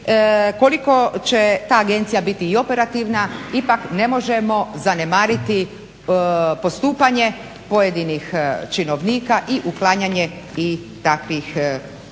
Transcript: koliko će ta agencija biti i operativna ipak ne možemo zanemariti postupanje pojedinih činovnika i uklanjanje i takvih barijera.